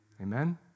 Amen